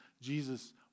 Jesus